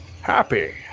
happy